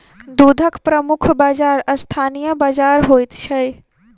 दूधक प्रमुख बाजार स्थानीय बाजार होइत छै